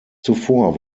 zuvor